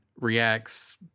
reacts